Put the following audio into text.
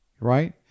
right